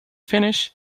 finish